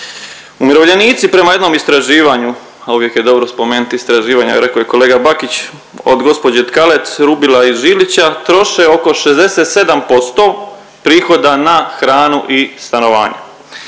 Umirovljenici prema jednom istraživanju, a uvijek je dobro spomenuti istraživanja rekao je kolega Bakić, od gđe. Tkalec, Rubila i Žilića, troše oko 67% prihoda na hranu i stanovanja.